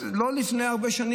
והמקורי של העם